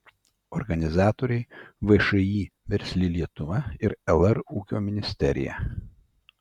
organizatoriai všį versli lietuva ir lr ūkio ministerija